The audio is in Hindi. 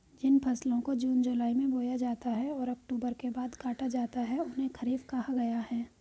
जिन फसलों को जून जुलाई में बोया जाता है और अक्टूबर के बाद काटा जाता है उन्हें खरीफ कहा गया है